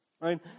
right